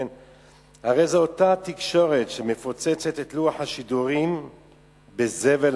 הרי זו אותה תקשורת שמפוצצת את לוח השידורים בזבל,